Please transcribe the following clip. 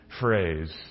phrase